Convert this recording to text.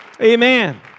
Amen